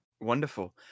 wonderful